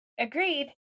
Agreed